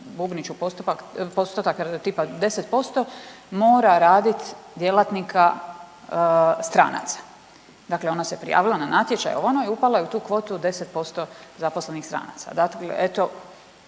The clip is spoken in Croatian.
bubnit ću postupak, postotak tipa 10% mora radit djelatnika stranaca. Dakle ona se prijavila na natječaj ovo ono i upala je u tu kvotu od 10% zaposlenih stranaca, dakle eto